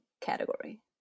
category